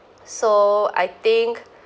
so I think